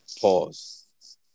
Pause